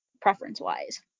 preference-wise